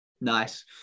Nice